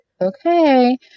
okay